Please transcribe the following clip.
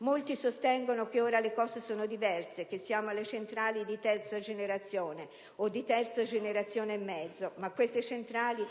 Molti sostengono che ora le cose sono diverse, che siamo alle centrali di terza generazione o di terza generazione e mezza, ma queste centrali